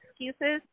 excuses